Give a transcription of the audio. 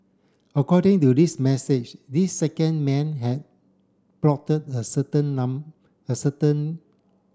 according to this message this second man had the certain the certain